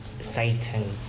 Satan